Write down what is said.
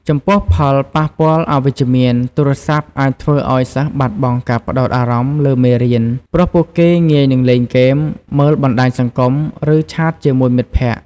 ចំពោះផលប៉ះពាល់អវិជ្ជមាន ទូរស័ព្ទអាចធ្វើឲ្យសិស្សបាត់បង់ការផ្ដោតអារម្មណ៍លើមេរៀន ព្រោះពួកគេងាយនឹងលេងហ្គេម មើលបណ្ដាញសង្គម ឬឆាតជាមួយមិត្តភក្តិ។